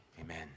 amen